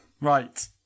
Right